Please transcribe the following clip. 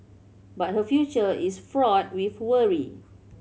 but her future is fraught with worry